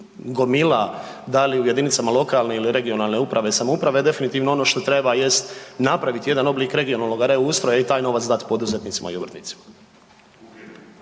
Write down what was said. da li u jedinicama lokalne ili regionalne uprave i samouprave, definitivno ono što treba jest napraviti jedan oblik regionalnoga reustroja i taj novac dat poduzetnicima i obrtnicima.